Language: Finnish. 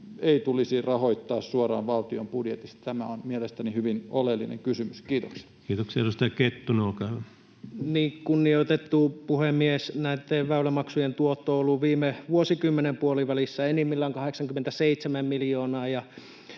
ei tulisi rahoittaa suoraan valtion budjetista? Tämä on mielestäni hyvin oleellinen kysymys. — Kiitoksia. Kiitoksia. — Edustaja Kettunen, olkaa hyvä. Kunnioitettu puhemies! Näitten väylämaksujen tuotto on ollut viime vuosikymmenen puolivälissä enimmillään 87 miljoonaa,